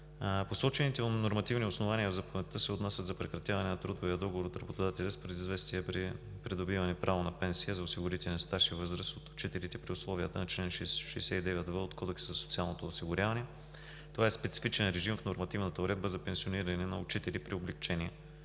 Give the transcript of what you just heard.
Посочените нормативни основания в заповедта се отнасят за прекратяване на трудовия договор от работодателя с предизвестие при придобиване право на пенсия за осигурителен стаж и възраст от учителите при условията на чл. 69в от Кодекса за социално осигуряване. Това е специфичен режим в нормативната уредба за пенсиониране на педагогически